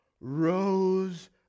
rose